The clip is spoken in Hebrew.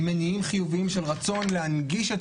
ממניעים חיוביים של רצון להנגיש את